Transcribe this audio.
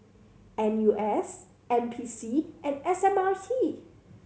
N U S N P C and S M R T